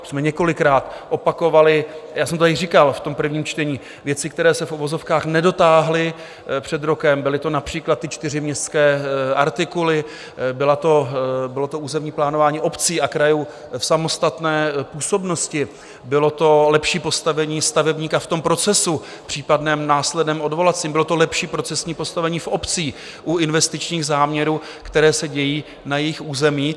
Už jsme několikrát opakovali, já jsem to tady říkal v prvním čtení, věci, které se v uvozovkách nedotáhly před rokem, byly to například čtyři městské artikuly, bylo to územní plánování obcí a krajů v samostatné působnosti, bylo to lepší postavení stavebníka v procesu případném následném odvolacím, bylo to lepší procesní postavení v obcích u investičních záměrů, které se dějí na jejich území.